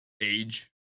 age